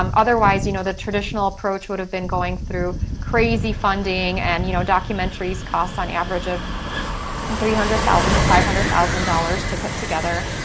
um otherwise, you know the traditional approach would have been going through crazy funding, and you know documentaries cost on average of um three hundred thousand to five hundred thousand dollars to put together,